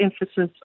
emphasis